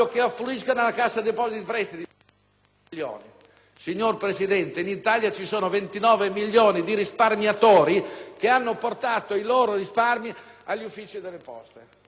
Signora Presidente, in Italia ci sono 29 milioni di risparmiatori che hanno portato i loro risparmi agli uffici delle Poste *(**Commenti